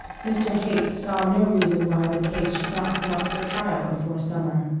mr. haight saw no reason why the case should not come up for trial before summer.